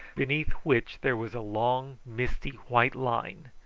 beneath which there was a long misty white line.